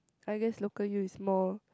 I guess local U is more